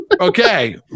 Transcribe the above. okay